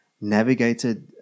navigated